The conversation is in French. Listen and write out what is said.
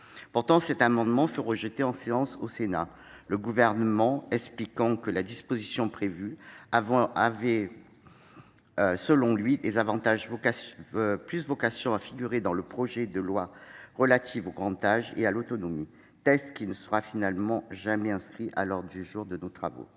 Pourtant, cet amendement fut rejeté en séance au Sénat, le Gouvernement expliquant que la disposition proposée avait plutôt vocation à figurer dans le projet de loi relatif au grand âge et à l'autonomie, texte qui ne sera finalement jamais inscrit à l'ordre du jour du Parlement